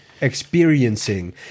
experiencing